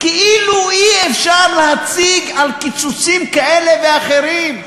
כאילו אי-אפשר להציג על קיצוצים כאלה ואחרים.